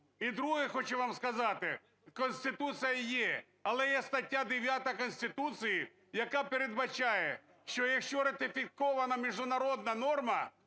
І друге хочу вам сказати, Конституція є, але є стаття 9 Конституції, яка передбачає, що якщо ратифікована міжнародна норма,